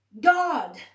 God